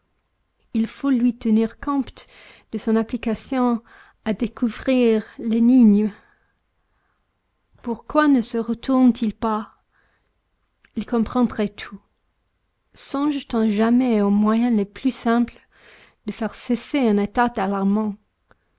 il faut lui tenir compte de son application à découvrir l'énigme pourquoi ne se retourne t il pas il comprendrait tout songe t on jamais aux moyens les plus simples de faire cesser un état alarmant